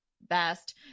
best